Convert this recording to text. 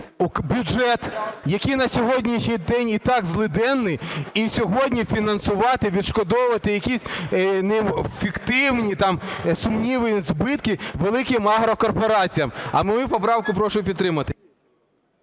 бюджет, який на сьогоднішній день і так злиденний, і сьогодні фінансувати і відшкодовувати якісь фіктивні, сумнівні збитки великим агрокорпораціям. А мою поправку прошу підтримати.